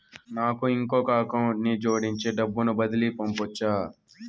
నాకు ఇంకొక అకౌంట్ ని జోడించి డబ్బును బదిలీ పంపొచ్చా?